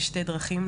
בשתי דרכים,